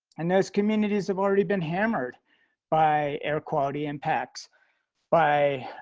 and those communities have already been hammered by air quality impacts by